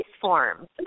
forms